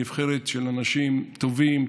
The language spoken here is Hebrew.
נבחרת של אנשים טובים,